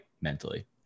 mentally